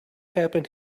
happen